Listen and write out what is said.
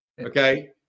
Okay